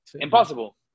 Impossible